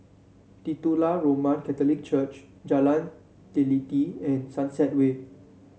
Titular Roman Catholic Church Jalan Teliti and Sunset Way